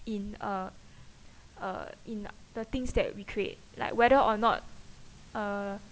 in uh uh in the things that we create like whether or not uh